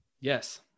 Yes